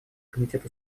комитет